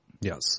Yes